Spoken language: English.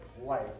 life